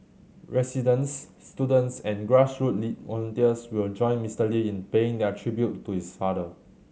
residents students and grassroot volunteers will join Mister Lee in paying their tribute to his father